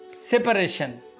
separation